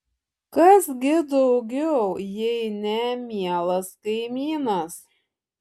kas gi daugiau jei ne mielas kaimynas